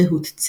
ריהוט,